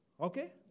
Okay